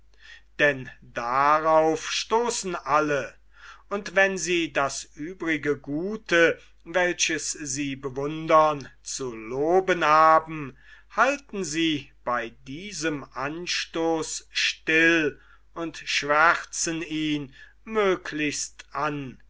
denn darauf stoßen alle und wann sie das übrige gute welches sie bewundern zu loben haben halten sie bei diesem anstoß still und schwärzen ihn möglichst an